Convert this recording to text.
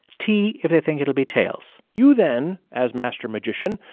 t, if they think it'll be tails you then, as master magician,